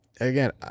again